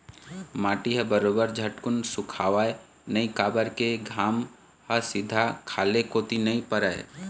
माटी ह बरोबर झटकुन सुखावय नइ काबर के घाम ह सीधा खाल्हे कोती नइ परय